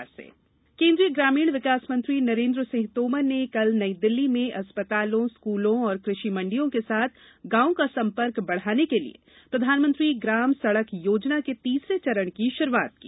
PM ग्राम सड़क केन्द्रीय ग्रामीण विकास मंत्री नरेन्द्र सिंह तोमर ने कल नई दिल्ली में अस्पमतालों स्कूलों और कृषि मंडियों के साथ गांवों का सम्पर्क बढ़ाने के लिए प्रधानमंत्री ग्राम सड़क योजना के तीसरे चरण की शुरूआत की